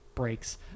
Breaks